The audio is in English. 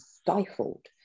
stifled